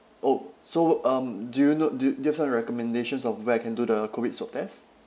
oh so um do you know do you get some recommendations of where I can do the COVID swab test